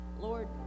Lord